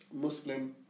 Muslim